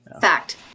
Fact